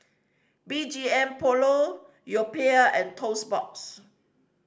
B G M Polo Yoplait and Toast Box